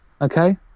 Okay